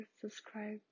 subscribe